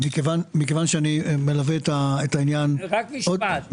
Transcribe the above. מכיוון שאני מלווה את העניין עוד מ-2001 -- רק משפט.